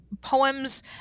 poems